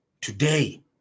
Today